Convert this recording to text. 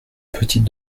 petite